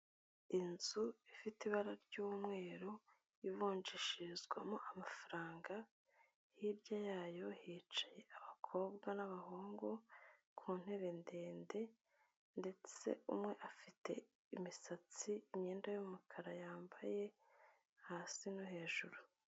Inzu ifite ibara ry'umweru ivunjesherizwamo amafaranga, hirya yayo hicaye abakobwa n'abahungu ku ntebe ndende ndetse umwe afite imisatsi, imyenda y'umukara yambaye hasi no hejuru.